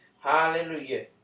Hallelujah